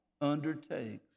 undertakes